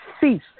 cease